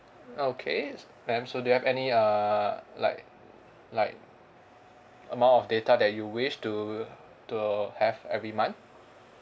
okay ma'am so do you have any err like like more of data that you wish to to have every month